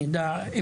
כדי שנדע.